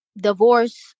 divorce